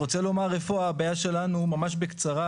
אני רוצה לומר איפה הבעיה שלנו, ממש בקצרה.